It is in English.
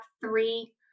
three